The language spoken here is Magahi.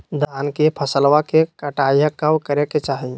धान के फसलवा के कटाईया कब करे के चाही?